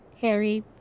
Harry